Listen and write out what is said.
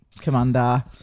Commander